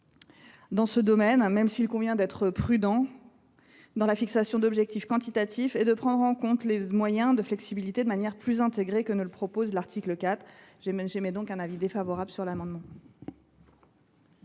dans ce domaine, même s’il convient d’être prudent dans la fixation d’objectifs quantitatifs et de prendre en compte les moyens de flexibilité de manière plus intégrée que ne le prévoit l’article 4. C’est la raison pour laquelle le Gouvernement